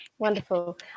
Wonderful